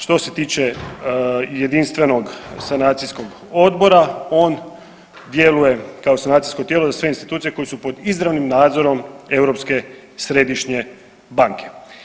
Što se tiče jedinstvenog sanacijskog odbora on djeluje kao sanacijsko tijelo za sve institucije koje su pod izravnim nadzorom Europske središnje banke.